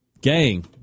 Gang